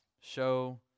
show